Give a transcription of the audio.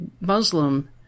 Muslim